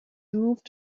moved